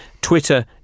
Twitter